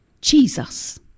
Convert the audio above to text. Jesus